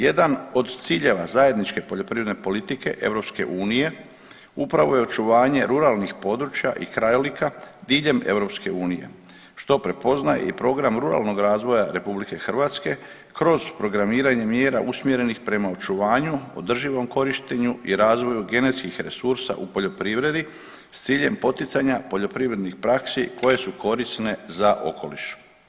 Jedan od ciljeva zajedničke poljoprivredne politike EU upravo je očuvanje ruralnih područja i krajolika diljem EU što prepoznaje i program ruralnog razvoja RH kroz programiranje mjera usmjerenih prema očuvanju, održivom korištenju i razvoju genetskih resursa u poljoprivredi s ciljem poticanja poljoprivrednih praksi koje su korisne za okoliš.